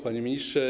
Panie Ministrze!